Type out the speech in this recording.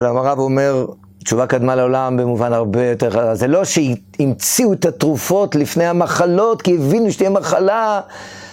אמרה והוא אומר, תשובה קדמה לעולם במובן הרבה יותר, זה לא שהמציאו את התרופות לפני המחלות כי הבינו שתהיה מחלה